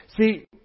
See